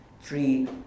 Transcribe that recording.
three